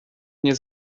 nie